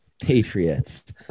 Patriots